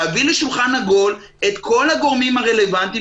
להביא לשולחן עגול את כל הגורמים הרלוונטיים